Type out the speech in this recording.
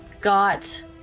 got